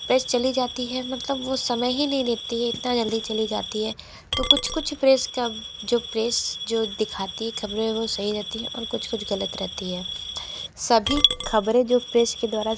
press चली जाती है मतलब वो समय ही नहीं देती है इतना जल्दी चली जाती है तो कुछ कुछ प्रेस का जो प्रेस जो दिखाती है ख़बरे वो सही रहती है और कुछ कुछ गलत रहती है सभी ख़बरें जो प्रेस के द्वारा